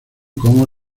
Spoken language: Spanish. como